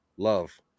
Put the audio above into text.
love